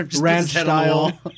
ranch-style